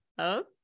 okay